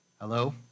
Hello